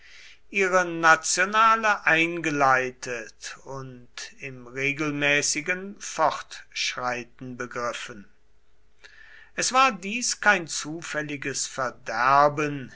ihre nationale eingeleitet und im regelmäßigen fortschreiten begriffen es war dies kein zufälliges verderben